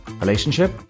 relationship